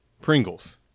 pringles